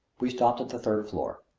we stopped at the third floor.